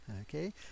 Okay